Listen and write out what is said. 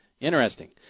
Interesting